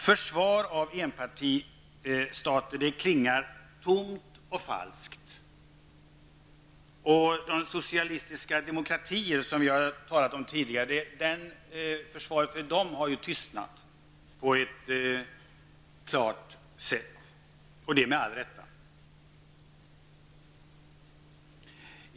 Försvar av enpartistater klingar tomt och falskt. Försvaret för de socialistiska demokratier som vi har talat om tidigare har tystnat på ett klart sätt, och det med all rätt.